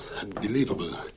unbelievable